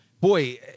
boy